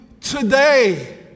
today